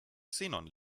xenon